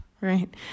right